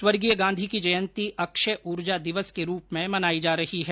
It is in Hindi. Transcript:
स्वर्गीय गांधी की जयंती अक्षय ऊर्जा दिवस के रूप में मनाई जा रही है